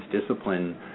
discipline